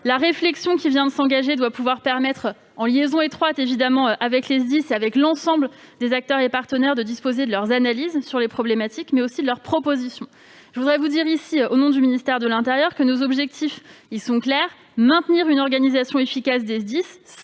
La réflexion qui vient de s'engager doit pouvoir permettre, en liaison étroite avec les SDIS ainsi qu'avec l'ensemble des acteurs et partenaires, de disposer de leurs analyses sur ces problématiques, mais aussi de leurs propositions. Monsieur le sénateur, je tiens à vous dire ici, au nom du ministère de l'intérieur, que nos objectifs sont clairs : maintenir une organisation efficace des SDIS